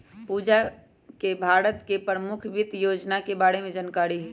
पूजा के भारत के परमुख वित योजना के बारे में जानकारी हई